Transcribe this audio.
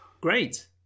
great